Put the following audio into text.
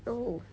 oh